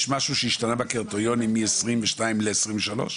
יש משהו שהשתנה בקריטריונים מ-2022 ל-2023?